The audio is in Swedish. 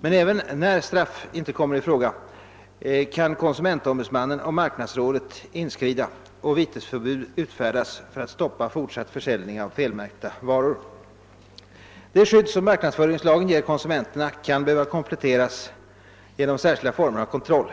Men även när straff inte kommer i fråga kan konsumentombudsmannen och marknadsrådet inskrida och vitesförbud utfärdas för att stoppa fortsatt försäljning av felmärkta varor. Det skydd som marknadsföringslagen ger konsumenterna kan behöva kompletteras genom : särskilda former av kontroll.